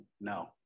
No